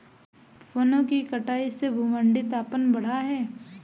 वनों की कटाई से भूमंडलीय तापन बढ़ा है